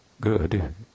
good